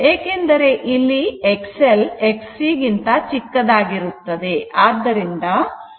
ಏಕೆಂದರೆ ಇಲ್ಲಿ XL Xc ಆದ್ದರಿಂದ L ω ω c0 ಆಗಿರುತ್ತದೆ